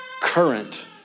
current